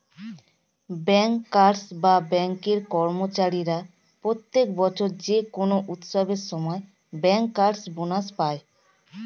bankers বা ব্যাঙ্কের কর্মচারীরা প্রত্যেক বছর যে কোনো উৎসবের সময় ব্যাংকার্স বোনাস পায়